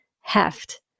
heft